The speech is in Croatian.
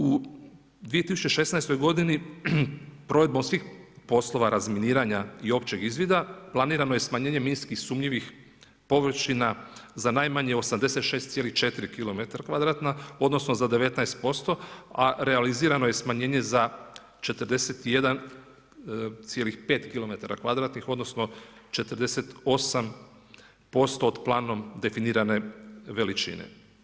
U 2016. godini provedbom svih poslova razminiranja i općeg izvida planirano je smanjenje minski sumnjivih površina za najmanje 86,4 kilometara kvadratnih, odnosno za 19%, a realizirano je smanjenje za 41,5 kilometara kvadratnih, odnosno 48% od planom definirane veličine.